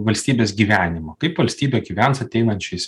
valstybės gyvenimą kaip valstybė gyvens ateinančiais